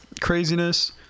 craziness